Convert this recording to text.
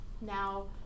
Now